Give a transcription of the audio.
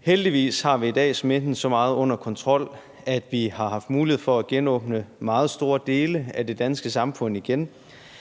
Heldigvis har vi i dag smitten så meget under kontrol, at vi har haft mulighed for at genåbne meget store dele af det danske samfund igen.